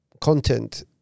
content